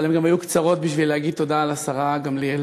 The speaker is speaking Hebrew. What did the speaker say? אבל הן גם היו קצרות בשביל להגיד תודה לשרה גמליאל,